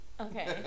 okay